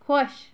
خۄش